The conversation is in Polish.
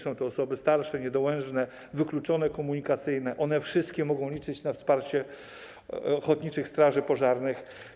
Są to osoby starsze, niedołężne, wykluczone komunikacyjnie - one wszystkie mogą liczyć na wsparcie ochotniczych straży pożarnych.